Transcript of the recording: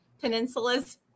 peninsulas